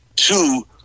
two